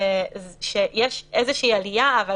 שיש איזושהי עלייה אבל